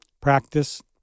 Practice